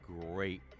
great